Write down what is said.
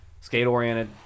skate-oriented